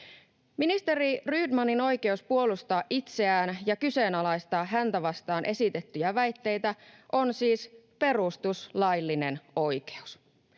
Ministeri Rydmanin oikeus puolustaa itseään ja kyseenalaistaa häntä vastaan esitettyjä väitteitä on siis perustuslaillinen oikeus.